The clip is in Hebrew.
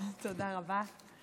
תודה רבה.